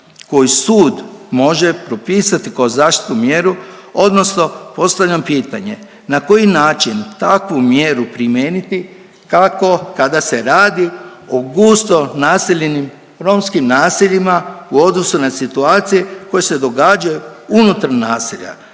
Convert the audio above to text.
koju sud može propisati kao zaštitnu mjeru odnosno postavljam pitanje, na koji način takvu mjeru primijeniti, kako kada se radi o gusto naseljenim romskim naseljima u odnosu na situacije koje se događaju unutar naselja,